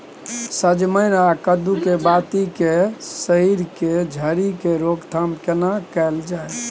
सजमैन आ कद्दू के बाती के सईर के झरि के रोकथाम केना कैल जाय?